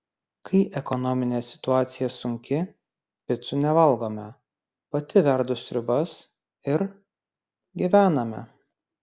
kai ekonominė situacija sunki picų nevalgome pati verdu sriubas ir gyvename